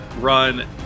run